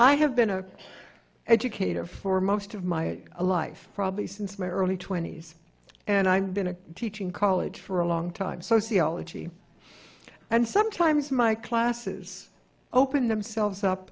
i have been a educator for most of my life probably since my early twenties and i've been a teaching college for a long time sociology and sometimes my classes open themselves up